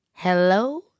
Hello